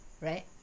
Right